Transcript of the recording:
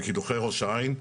בקידוחי ראש העין.